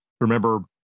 remember